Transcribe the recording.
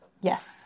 Yes